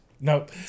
nope